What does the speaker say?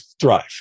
thrive